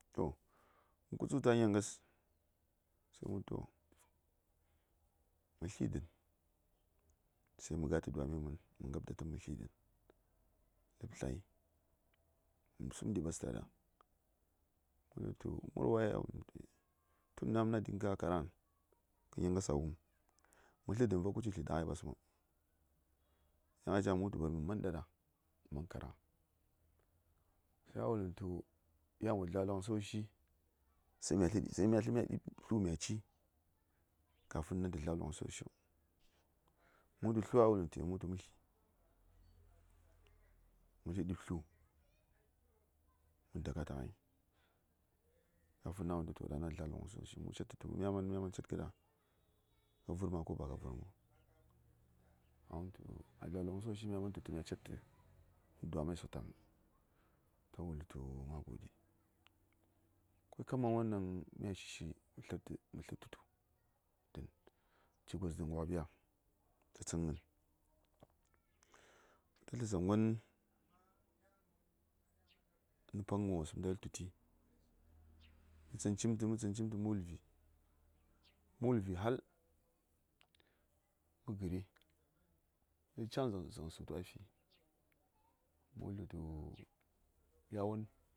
To, mə kutsuk tə a nyangas, mə wul tu to, mə sli dən. Sai mə ga:tə dwa:mi mən, mə̀ sli dən. Ləb slyai, mə sum ɗi ɓastə ɗaɗa, murwai, a wul tu mnm, tun nayawon mə na:ya karaghə, kə nyangas a wuməm, Kuma ləɓi ɗaŋ mə sləghai, ko kya cimza:r ba ka-ba ka tu təŋ sabo tu ba ka tu, ka yu service ɗa ɗanəŋ ma ba cin tə karfiŋ. Mə slə, dzaŋ va:y, ya:n mə ta wul tətu, to baba gwai a yi wul tu ma slə a ləbwon, kada mə makarai ɗu:n, tə slən sli təghai vəŋ? A wulləm tu mə ɓələm tə ya:n. Mə wul tə tu, to shikenan, ma wumi, ma̱ fahimtai. Figən tə fighən, mə wul tə tu mə slio, a wul tu ka, ɗaŋ dazaŋ, ɗaŋ lapma lətsəya? Ɗaŋni ko mya sli maba wo sləŋo, mə wul tu to